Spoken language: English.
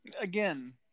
again